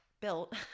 built